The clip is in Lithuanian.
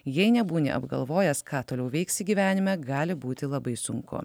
jei nebūni apgalvojęs ką toliau veiksi gyvenime gali būti labai sunku